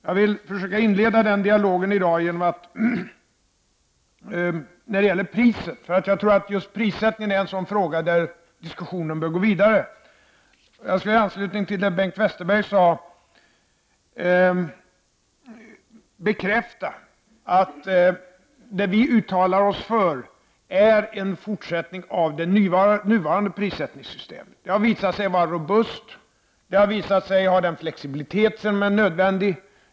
Jag vill försöka inleda den dialogen i dag när det gäller priset, för jag tror att just prissättningen är en sådan fråga där diskussionen bör gå vidare. I anslutning till vad Bengt Westerberg sade vill jag bekräfta att vad vi uttalar oss för är en fortsättning av det nuvarande prissättningssystemet. Det har visat sig vara robust och ha den flexibilitet som är nödvändig.